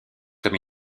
comme